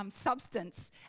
substance